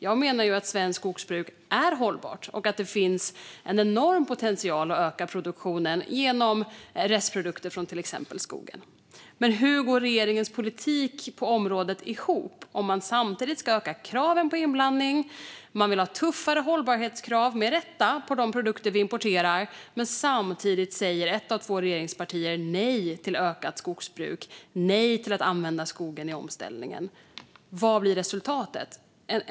Jag menar att svenskt skogsbruk är hållbart och att det finns en enorm potential att öka produktionen genom restprodukter från exempelvis skogen. Men hur går regeringens politik på området ihop? Man vill öka kraven på inblandning och med rätta ha tuffare hållbarhetskrav på de produkter vi importerar, men samtidigt säger ett av två regeringspartier nej till ökat skogsbruk och nej till att använda skogen i omställningen. Vad blir resultatet?